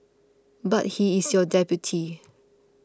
but he is your deputy